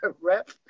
rep